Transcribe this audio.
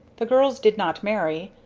the girls did not marry,